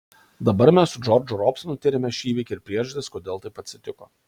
dabar mes su džordžu robsonu tiriame šį įvykį ir priežastis kodėl taip atsitiko